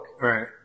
Right